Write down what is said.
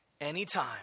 Anytime